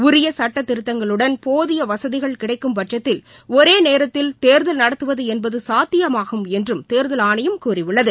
உரிய சட்டத்திருத்தங்களுடன் போதிய வசதிகள் கிடைக்கும்பட்சத்தில் ஒரே நேரத்தில் தேர்தல் நடத்துவது என்பது சாத்தியமாகும் என்றும் தேர்தல் ஆணையம் கூறியுள்ளது